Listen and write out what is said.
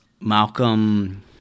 Malcolm